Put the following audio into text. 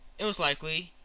it was likely,